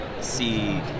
See